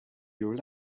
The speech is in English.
your